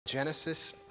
Genesis